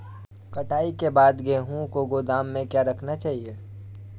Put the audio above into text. कटाई के बाद गेहूँ को गोदाम में क्यो रखना चाहिए?